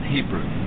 Hebrew